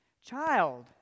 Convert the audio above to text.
Child